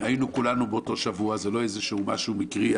היינו כולנו באותו שבוע, זה לא איזשהו משהו מקרי.